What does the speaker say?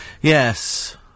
Yes